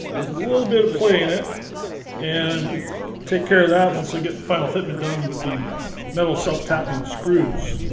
there's a little bit of play in it and but take care of that once they get final fitment done with the metal self-tapping screws